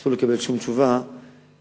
אסור לקבל שום תשובה מלבד